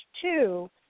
two